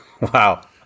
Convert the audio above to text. Wow